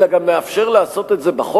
אלא גם נאפשר לעשות את זה בחושך?